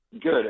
Good